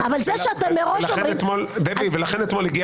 אבל זה שאתה מראש --- ולכן אתמול הגיע